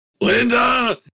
Linda